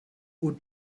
would